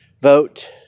vote